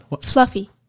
fluffy